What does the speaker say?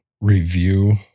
review